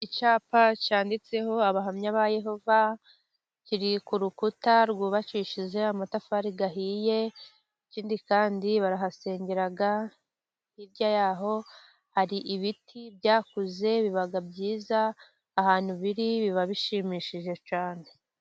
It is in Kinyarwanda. Icyapa cyanditseho abahamya ba Yehova, kiri ku rukuta rwubakishije amatafari ahiye, ikindi kandi barahasengera, hirya y'aho hari ibiti byakuze, biba byiza ahantu biri biba bishimishije cyane.